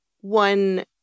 one